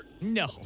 No